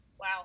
wow